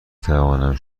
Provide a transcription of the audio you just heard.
توانم